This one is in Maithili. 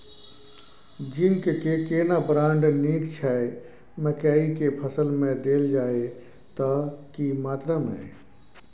जिंक के केना ब्राण्ड नीक छैय मकई के फसल में देल जाए त की मात्रा में?